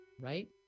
right